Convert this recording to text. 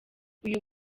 uyu